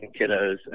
kiddos